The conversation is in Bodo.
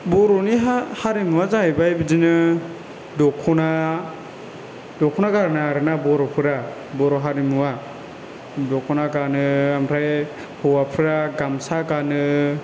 बर'नि हा हारिमुवा जाहैबाय बिदिनो दख'ना दख'ना गानो आरो ना बर'फोरा बर' हारिमुवा दख'ना गानो ओमफ्राय हौवाफ्रा गामसा गानो